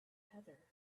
heather